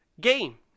game